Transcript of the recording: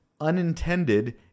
unintended